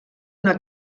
una